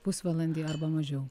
pusvalandį arba mažiau